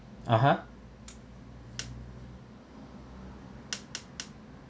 (uh huh)